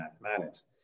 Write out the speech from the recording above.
mathematics